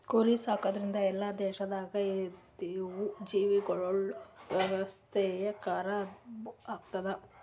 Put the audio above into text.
ಕುರಿ ಸಾಕದ್ರಿಂದ್ ಎಲ್ಲಾ ದೇಶದಾಗ್ ಇದ್ದಿವು ಜೀವಿಗೊಳ್ದ ವ್ಯವಸ್ಥೆನು ಖರಾಬ್ ಆತ್ತುದ್